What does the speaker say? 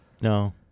No